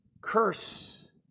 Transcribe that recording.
Curse